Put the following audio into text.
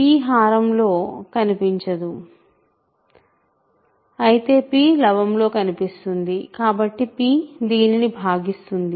p హారం లో కనిపించదు అయితే p లవం లో కనిపిస్తుంది కాబట్టి p దీనిని భాగిస్తుంది